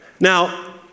Now